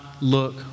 look